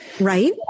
Right